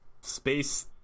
space